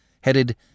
headed